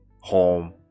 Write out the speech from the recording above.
home